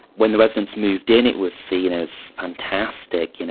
when the residents moved in it was seen as fantastic, you know